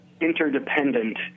interdependent